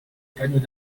panneaux